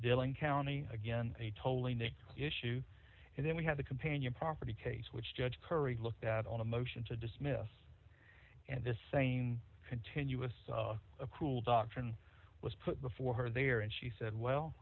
dealing county again a tolling they issue and then we had the companion property case which judge curry looked at on a motion to dismiss and this saying continuous cruel doctrine was put before her there and she said well